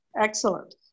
Excellent